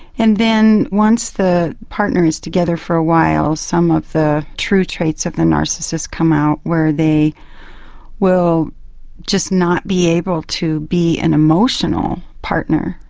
and then once the partner is together for a while, some of the true traits of the narcissist come out where they will just not be able to be an emotional partner.